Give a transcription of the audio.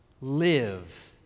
Live